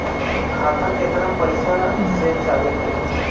खाता केतना पैसा से चालु होई?